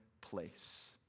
place